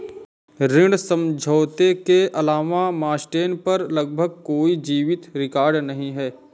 ऋण समझौते के अलावा मास्टेन पर लगभग कोई जीवित रिकॉर्ड नहीं है